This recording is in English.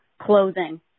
clothing